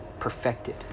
Perfected